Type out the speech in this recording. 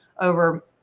over